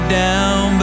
down